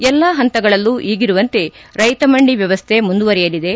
ಎಲ್ಲಾ ಪಂತಗಳಲ್ಲೂ ಈಗಿರುವಂತೆ ರೈಶ ಮಂಡಿ ವ್ಲವಸ್ಟೆ ಮುಂದುವರೆಯಲಿದೆ